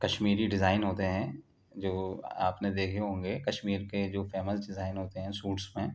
Kashmiri design ہوتے ہیں جو آپ نے دیکھے ہوں گے کشمیر کے جو فیمس ڈیزائن ہوتے ہیں سوٹس میں